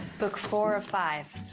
book four of five.